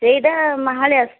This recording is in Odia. ସେଇଟା ମାହାଳେ ଆସୁଛି